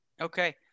Okay